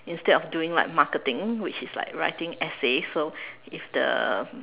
instead of doing like marketing which is like writing essays so if the